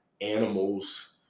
animals